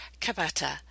Kabata